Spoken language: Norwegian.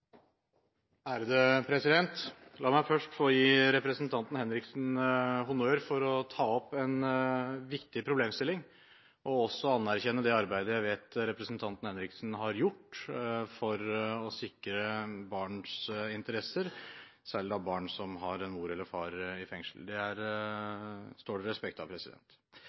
La meg først få gi representanten Henriksen honnør for å ta opp en viktig problemstilling, og også anerkjenne det arbeidet jeg vet hun har gjort for å sikre barns interesser, særlig barn som har en mor eller far i fengsel. Det står det respekt av.